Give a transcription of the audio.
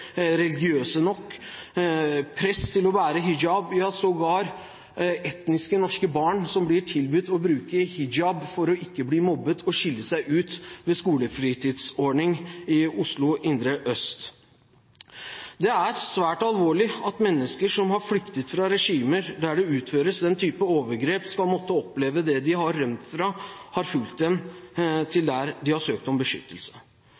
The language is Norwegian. religiøse nok, press til å bære hijab – ja, sågar etniske norske barn som blir tilbudt å bruke hijab for ikke å bli mobbet og skille seg ut ved skolefritidsordningen i Oslo indre øst. Det er svært alvorlig at mennesker som har flyktet fra regimer der den typen overgrep utføres, skal måtte oppleve at det de har rømt fra, har fulgt dem til der de har søkt om beskyttelse.